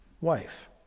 wife